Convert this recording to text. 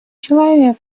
человека